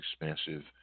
expensive